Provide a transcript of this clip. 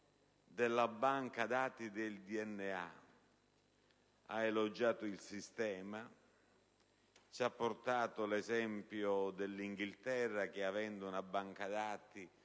della banca dati del DNA. Ha elogiato il sistema e ci ha portato l'esempio dell'Inghilterra, che avendo una banca dati